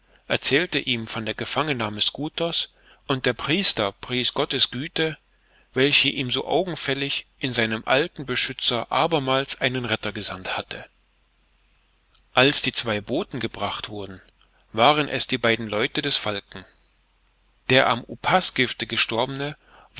erzählte ihm von der gefangennahme schooter's und der priester pries gottes güte welche ihm so augenfällig in seinem alten beschützer abermals einen retter gesandt hatte als die zwei boten gebracht wurden waren es die beiden leute des falken der am upasgifte gestorbene